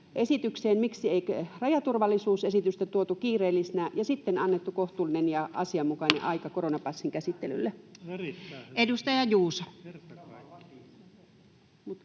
esitykseen? Miksi ei rajaturvallisuusesitystä tuotu kiireellisenä ja sitten annettu kohtuullista ja asianmukaista aikaa koronapassin